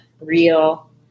real